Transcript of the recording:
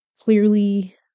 clearly